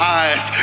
eyes